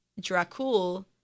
Dracul